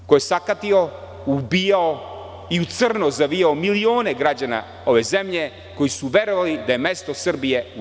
Ko je sakatio, ubijao i u crno zavijao milione građana ove zemlje koji su verovali da je mesto Srbije u EU?